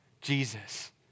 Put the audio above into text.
Jesus